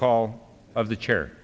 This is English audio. call of the chair